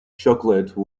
chocolate